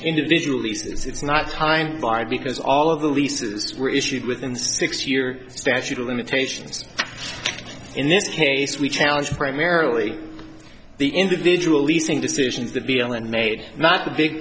individual leases it's not time by because all of the leases were issued within the six year statute of limitations in this case we challenge primarily the individual leasing decisions that deal and made not the big